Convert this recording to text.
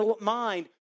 mind